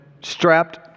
strapped